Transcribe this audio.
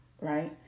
Right